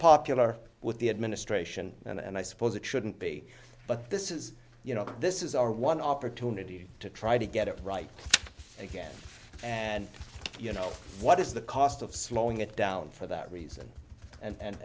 popular with the administration and i suppose it shouldn't be but this is you know this is our one opportunity to try to get it right again and you know what is the cost of slowing it down for that reason and